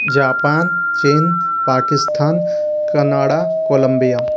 Japan China Pakistan Canada Columbia